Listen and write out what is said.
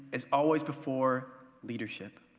is always before leadership.